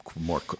more